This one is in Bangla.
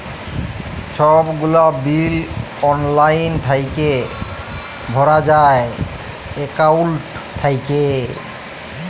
ছব গুলা বিল অললাইল থ্যাইকে ভরা যায় একাউল্ট থ্যাইকে